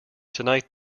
tonight